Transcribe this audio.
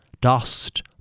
dust